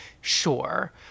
sure